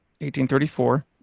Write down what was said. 1834